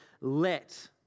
let